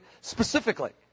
specifically